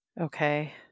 Okay